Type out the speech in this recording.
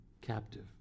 captive